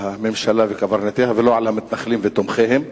הממשלה וקברניטיה ולא על המתנחלים ותומכיהם.